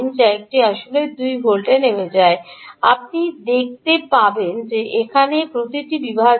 যা এটি আসলে 2 ভোল্টে নেমে যায় আপনি দেখতে পাবেন যে এখানে প্রতিটি বিভাজন